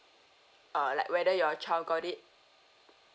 err like whether your child got it